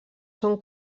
són